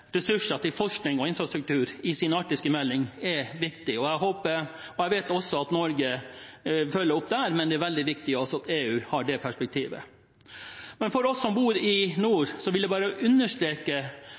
ressurser til forskning og infrastruktur i sin arktiske melding, er viktig. Jeg vet at Norge følger opp der, men det er veldig viktig at også EU har det perspektivet. For oss som bor i